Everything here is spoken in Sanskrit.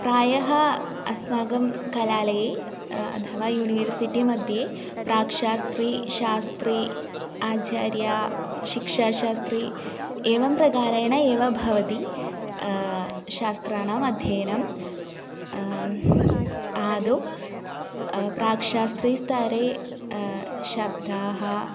प्रायः अस्माकं कलालये अथवा यूनिवर्सिटिमध्ये प्राक्शास्त्री शास्त्री आचार्यः शिक्षाशास्त्री एवं प्रकारेण एव भवति शास्त्राणाम् अध्ययनम् आदौ प्राक्शास्त्रीस्तरे शब्दाः